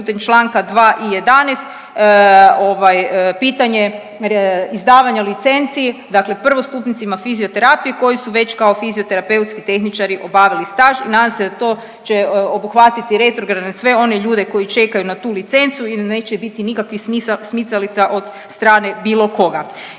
putem čl. 2. i 11. pitanje izdavanja licenci prvostupnicima fizioterapije koji su već kao fizioterapeutski tehničari obavili staž i nadam se da to će obuhvatiti retrogradno sve one ljude koji čekaju na tu licencu i da neće biti nikakvih smicalica od strane bilo koga.